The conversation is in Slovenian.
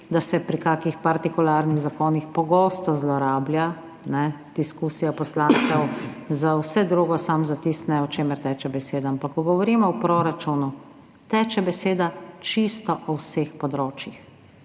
da se pri kakih partikularnih zakonih pogosto zlorablja diskusija poslancev za vse drugo, samo za tisto ne, o čemer teče beseda. Ampak ko govorimo o proračunu, teče beseda čisto o vseh področjih.